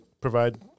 provide